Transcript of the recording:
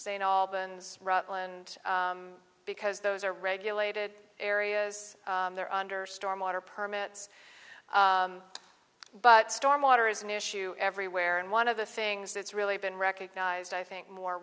saying all been and because those are regulated areas they're under storm water permits but storm water is an issue everywhere and one of the things that's really been recognised i think more